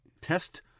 test